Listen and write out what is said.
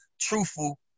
truthful